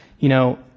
you know